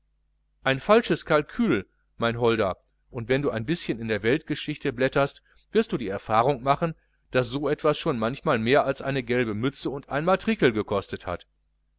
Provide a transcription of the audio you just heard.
ein falsches calcul mein holder und wenn du ein bischen in der weltgeschichte blätterst wirst du die erfahrung machen daß so was schon manchmal mehr als eine gelbe mütze und eine matrikel gekostet hat